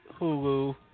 Hulu